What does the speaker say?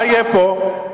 מה יהיה פה?